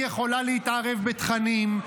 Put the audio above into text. היא יכולה להתערב בתכנים,